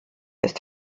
ist